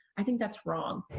i think that's wrong.